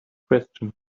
question